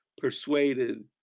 persuaded